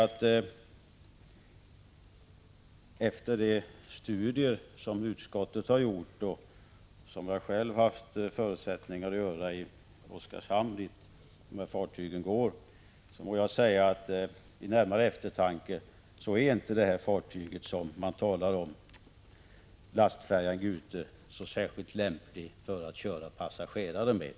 När det gäller de studier som utskottet har gjort och som även jag själv haft möjligheter att göra i Oskarshamn, dit de här fartygen går, måste jag säga att jag vid närmare eftertanke inte finner det fartyg som man här talar om — lastfärjan Gute — vara särskilt lämpligt för passagerartrafik.